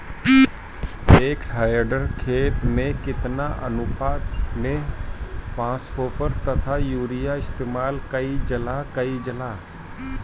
एक हेक्टयर खेत में केतना अनुपात में फासफोरस तथा यूरीया इस्तेमाल कईल जाला कईल जाला?